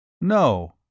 No